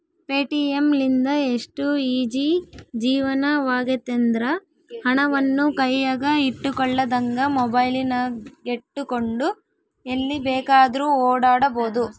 Paytm ಲಿಂದ ಎಷ್ಟು easy ಜೀವನವಾಗೆತೆಂದ್ರ, ಹಣವನ್ನು ಕೈಯಗ ಇಟ್ಟುಕೊಳ್ಳದಂಗ ಮೊಬೈಲಿನಗೆಟ್ಟುಕೊಂಡು ಎಲ್ಲಿ ಬೇಕಾದ್ರೂ ಓಡಾಡಬೊದು